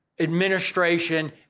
administration